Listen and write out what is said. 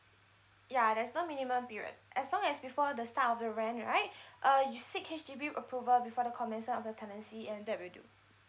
ya there's no minimum period as long as before the start of the rent right uh you seek H_D_B approval before the commencement of the tenancy and that will be good